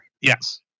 Yes